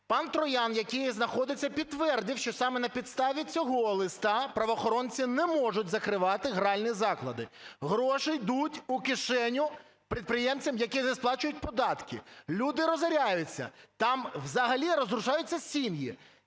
Пан Троян, який знаходиться, підтвердив, що саме на підставі цього листа правоохоронці не можуть закривати гральні заклади. Гроші йдуть у кишеню підприємцям, які не сплачують податки, люди разоряются, там взагалі разрушаются сім'ї.